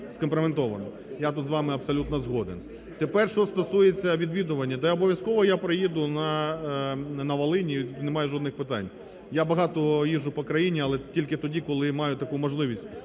Я тут з вами абсолютно згоден. Тепер що стосується відвідування. Я обов'язково приїду на Волинь, немає жодних питань. Я багато їжджу по країні, але тільки тоді, коли маю таку можливість.